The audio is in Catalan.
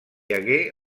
hagué